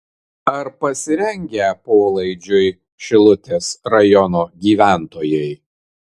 ar pasirengę polaidžiui šilutės rajono gyventojai